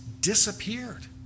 disappeared